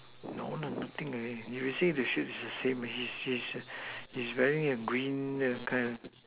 no lah nothing already if you see the shoe is the same already he is wearing a green they can